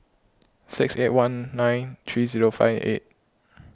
six eight one nine three zero five eight